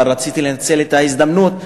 אבל רציתי לנצל את ההזדמנות,